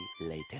later